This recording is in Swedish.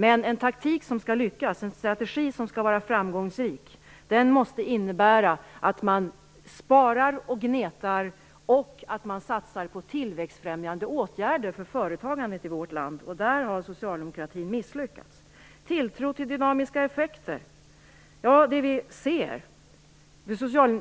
Men en taktik som skall lyckas, en strategi som skall vara framgångsrik, måste innebära att man sparar och gnetar och satsar på tillväxtfrämjande åtgärder för företagandet i vårt land. Där har socialdemokratin misslyckats. Statsrådet talar om tilltro till dynamiska effekter.